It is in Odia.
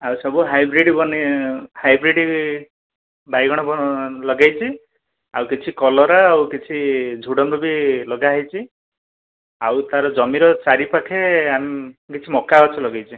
ଆଉ ସବୁ ହାଇବ୍ରୀଡ଼ ବନି ହାଇବ୍ରୀଡ଼ ବାଇଗଣ ବି ଲଗାଇଛି ଆଉ କିଛି କଲରା ଆଉ କିଛି ଝୁଡ଼ଙ୍ଗ ବି ଲଗାହୋଇଛି ଆଉ ତାର ଜମିର ଚାରିପାଖେ ଆମେ କିଛି ମକା ଗଛ ଲଗେଇଛେ